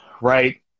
right